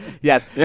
Yes